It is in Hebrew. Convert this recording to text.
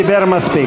דיבר מספיק.